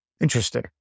Interesting